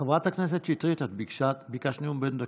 חברת הכנסת שטרית, את ביקשת נאום בן דקה?